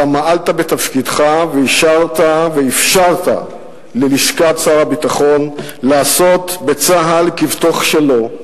אתה מעלת בתפקידך ואפשרת ללשכת שר הביטחון לעשות בצה"ל כבתוך שלו,